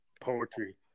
poetry